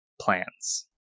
plans